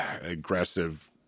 aggressive